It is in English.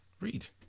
read